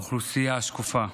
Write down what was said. האוכלוסייה השקופה.